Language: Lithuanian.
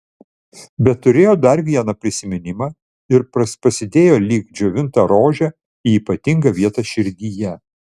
bet turėjo dar vieną prisiminimą ir pasidėjo lyg džiovintą rožę į ypatingą vietą širdyje